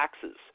taxes